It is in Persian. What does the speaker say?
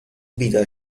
بیدار